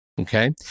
Okay